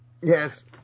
Yes